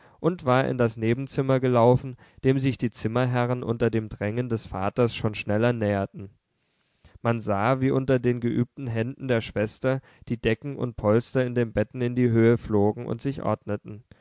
und war in das nebenzimmer gelaufen dem sich die zimmerherren unter dem drängen des vaters schon schneller näherten man sah wie unter den geübten händen der schwester die decken und polster in den betten in die höhe flogen und sich ordneten